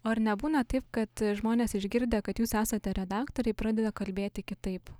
o ar nebūna taip kad žmonės išgirdę kad jūs esate redaktoriai pradeda kalbėti kitaip